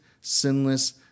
sinless